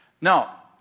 Now